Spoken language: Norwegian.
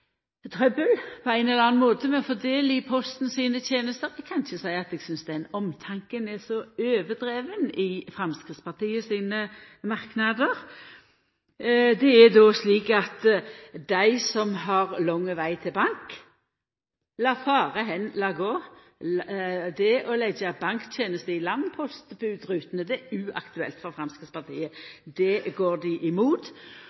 som på ein eller annan måte måtte ha trøbbel med å få del i Posten sine tenester, kan eg ikkje seia at den omtanken er så overdriven i Framstegspartiet sine merknader. Det er slik at dei som har lang veg til bank – la fare hen, la gå. Det å leggja banktenester til landpostbodrutene er uaktuelt for Framstegspartiet. Det går dei imot,